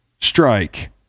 strike